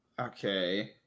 Okay